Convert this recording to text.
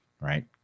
Right